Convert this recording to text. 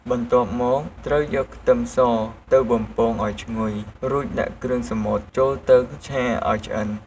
បន្ទាប់មក ត្រូវយកខ្ទឹមសទៅបំពងឱ្យឈ្ងុយ រួចដាក់គ្រឿងសមុទ្រចូលទៅឆាឱ្យឆ្អិន។